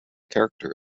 character